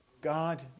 God